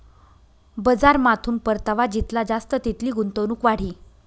बजारमाथून परतावा जितला जास्त तितली गुंतवणूक वाढी